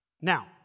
Now